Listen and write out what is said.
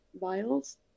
vials